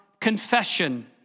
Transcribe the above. confession